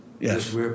Yes